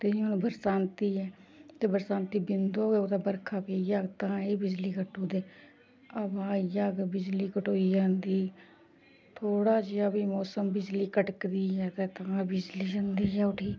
ते हून बरसांती ऐ ते बरसांती बिंदू कुदै बरखा पेई जा तां एह् बिजली कट्टी उड़दे हवा आई जाह्ग बिजली कटोई जंदी थोह्ड़ा जेहा बी मोसम बिजली कड़कदी तां बिजली जंदी गै उठी